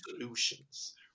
solutions